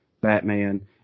Batman